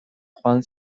joan